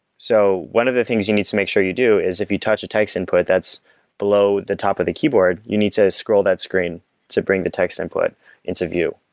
so one of the things you need to make sure you do, is if you touch a text input that's below the top of the keyboard, you need to scroll that screen to bring the text input into view.